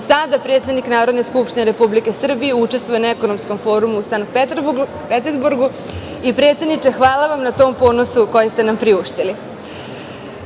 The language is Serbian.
sada predsednik Narodne skupštine Republike Srbije učestvuje na ekonomskom formu u Sankt Petersburgu. Predsedniče, hvala vam na tom ponosu koji ste nam priuštili. Zbog